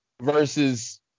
versus